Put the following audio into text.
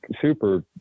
super